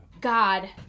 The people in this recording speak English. God